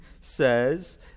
says